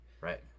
Right